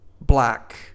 black